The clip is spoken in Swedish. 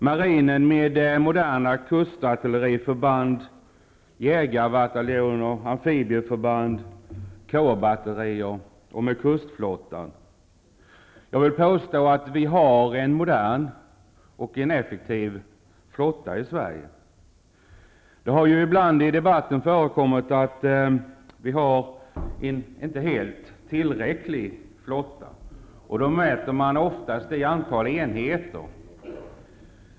Marinen med moderna kustartilleriförband, jägarbataljoner, amfibieförband, kårbatterier och kustflottan har, vill jag påstå, en modern och effektiv flotta i Det har ibland i debatten förekommit påståenden om att vi inte skulle ha en helt tillräcklig flotta. Då mäter man oftast i antal enheter.